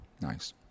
Nice